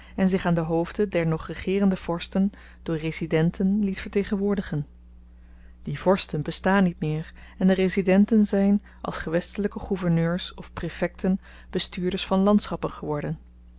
en zich aan de hoven der nog regeerende vorsten door residenten liet vertegenwoordigen die vorsten bestaan niet meer en de residenten zyn als gewestelijke gouverneurs of praefecten bestuurders van landschappen geworden